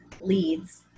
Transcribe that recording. leads